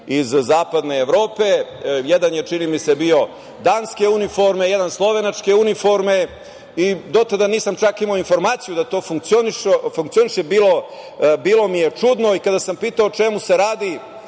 iz zapadne Evrope, jedan je čini mi se bio danske uniforme a jedan slovenačke uniforme, do tada nisam čak imao informaciju da to funkcioniše, bilo mi je čudno, i kada sam pitao o čemu se radi,